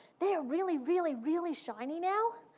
they are really, really, really shiny now,